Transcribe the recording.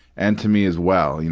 and to me as well. you know